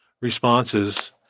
responses—